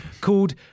Called